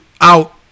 out